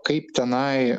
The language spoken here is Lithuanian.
kaip tenai